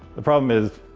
the problem is,